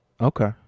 Okay